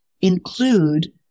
include